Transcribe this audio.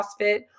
CrossFit